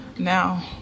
Now